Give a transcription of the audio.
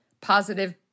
positive